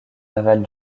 navales